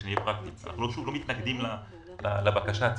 אנחנו לא מתנגדים לבקשה עצמה,